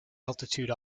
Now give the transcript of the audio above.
altitude